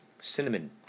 Cinnamon